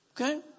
Okay